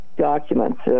documents